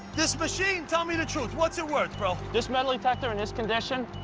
this machine, tell me the truth. what's it worth, bro? this metal detector in this condition,